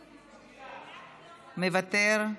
מוותר,